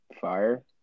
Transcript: Fire